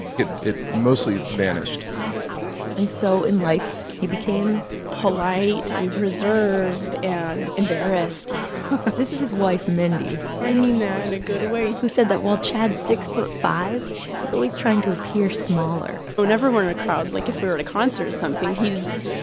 it it mostly vanished and so in life, he became. polite and reserved and embarrassed this is his wife, mindy. i mean that in and a good way. who said that while chad's six foot five, he's always trying to appear smaller oh, whenever we're in a crowd, like if we're at a concert or something, he's,